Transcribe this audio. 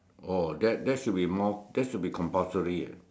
oh that that should be more that should be compulsory eh